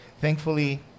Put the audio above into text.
Thankfully